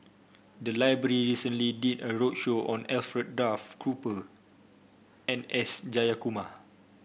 the library recently did a roadshow on Alfred Duff Cooper and S Jayakumar